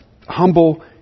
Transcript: humble